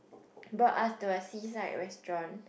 brought us to a seaside restaurant